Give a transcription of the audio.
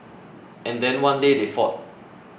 and then one day they fought